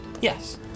Yes